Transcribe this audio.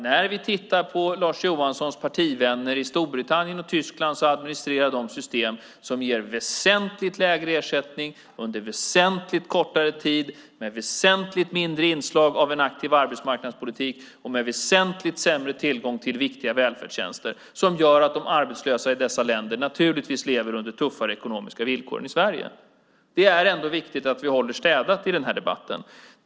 När vi tittar på Lars Johanssons partivänner i Storbritannien och Tyskland administrerar de system som ger väsentligt lägre ersättning under väsentligt kortare tid med väsentligt mindre inslag av en aktivare arbetsmarknadspolitik och med väsentligt sämre tillgång till viktiga välfärdstjänster. Det gör att de arbetslösa naturligtvis lever under tuffare ekonomiska villkor än i Sverige. Det är ändå viktigt att vi håller städat i debatten.